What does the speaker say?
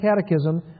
Catechism